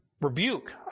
Rebuke